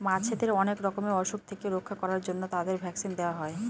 মাছেদের অনেক রকমের অসুখ থেকে রক্ষা করার জন্য তাদের ভ্যাকসিন দেওয়া হয়